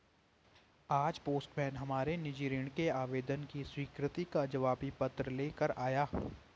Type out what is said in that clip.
आज पोस्टमैन हमारे निजी ऋण के आवेदन की स्वीकृति का जवाबी पत्र ले कर आया